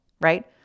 right